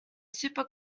super